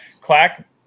Clack